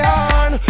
on